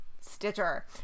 Stitcher